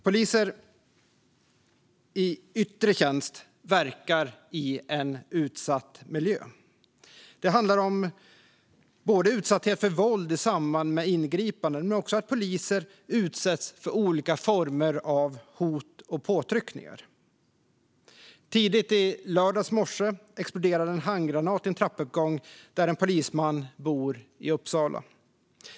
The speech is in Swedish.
Poliser i yttre tjänst verkar i en utsatt miljö. Det kan handla om utsatthet för våld i samband med ingripanden, men också om att poliser utsätts för olika former av hot och påtryckningar. Tidigt i lördags morse exploderade en handgranat i Uppsala i en trappuppgång där en polisman bor.